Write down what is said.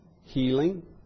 healing